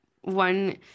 One